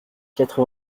quatre